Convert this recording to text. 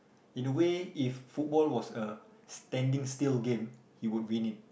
in a way if football was a standing still game he would win it